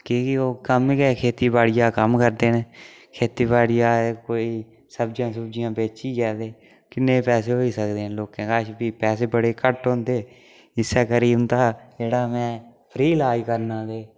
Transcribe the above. कि के ओह् कम्म गै ओह् खेती बाड़िया दा कम्म करदे न खेती बाड़िया दा कोई सब्ज़ियां सुब्जिया बेचियै ते किन्ने पैसे होई सकदे न लोकें कश फ्ही पैसे बड़े घट्ट होंदे इस्सै करी उन्दा जेह्ड़ा में फ्री ईलाज करना ते